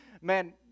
man